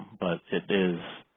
but it is